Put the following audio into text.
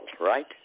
Right